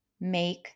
make